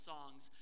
Songs